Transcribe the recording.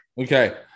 Okay